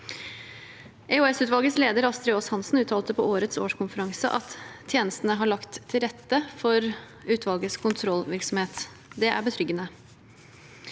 EOS-utvalgets leder, Astri Aas-Hansen, uttalte på årets årskonferanse at tjenestene har lagt til rette for utvalgets kontrollvirksomhet. Det er betryggende.